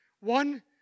One